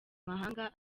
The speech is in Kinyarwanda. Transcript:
mahanga